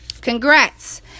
Congrats